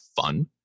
fun